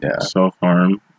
self-harm